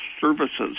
services